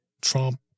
Trump